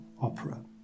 opera